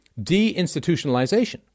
Deinstitutionalization